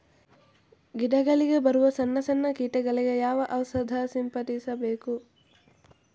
ಗಿಡಗಳಿಗೆ ಬರುವ ಸಣ್ಣ ಸಣ್ಣ ಕೀಟಗಳಿಗೆ ಯಾವ ಔಷಧ ಸಿಂಪಡಿಸಬೇಕು?